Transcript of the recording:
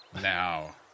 Now